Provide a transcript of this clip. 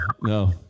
no